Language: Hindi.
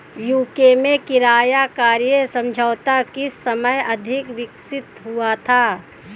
यू.के में किराया क्रय समझौता किस समय अधिक विकसित हुआ था?